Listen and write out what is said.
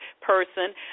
person